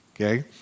Okay